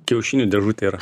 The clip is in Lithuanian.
kiaušinių dėžutė yra